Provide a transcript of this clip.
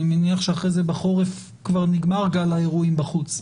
אני מניח שאחרי זה בחורף כבר נגמר הגל האירועים בחוץ.